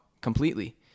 completely